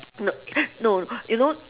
no no you know uh